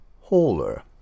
hauler